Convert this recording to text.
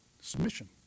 submission